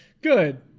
Good